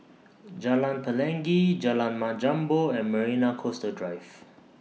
Jalan Pelangi Jalan Mat Jambol and Marina Coastal Drive